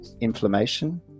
inflammation